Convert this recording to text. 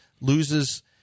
loses